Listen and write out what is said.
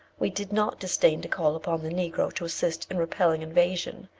we did not disdain to call upon the negro to assist in repelling invasion,